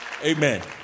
amen